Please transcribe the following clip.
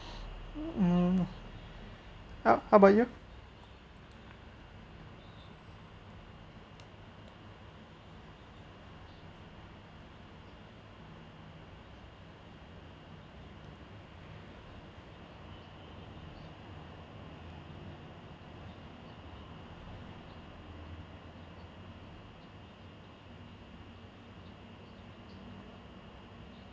um yup how about you